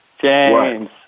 James